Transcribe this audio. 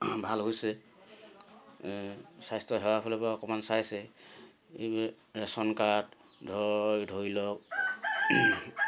ভাল হৈছে স্বাস্থ্যসেৱাৰ ফালৰপৰা অকণমান চাইছে এইবোৰে ৰেচন কাৰ্ড ধৰ ধৰি লওক